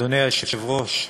אדוני היושב-ראש,